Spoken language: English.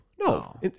No